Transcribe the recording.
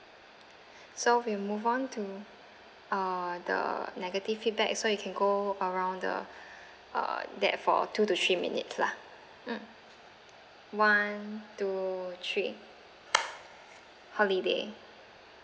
so we'll move on to uh the negative feedback uh so you can go around the uh that for two to three minutes lah mm one two three holiday